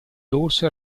dorso